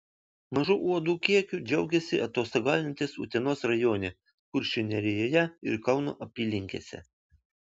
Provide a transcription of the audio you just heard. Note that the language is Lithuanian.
mažu uodų kiekiu džiaugėsi atostogaujantys utenos rajone kuršių nerijoje ir kauno apylinkėse